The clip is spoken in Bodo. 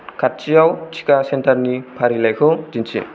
खाथिआव टिका सेन्टारनि फारिलाइखौ दिन्थि